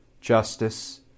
justice